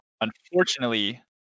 Unfortunately